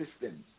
systems